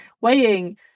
weighing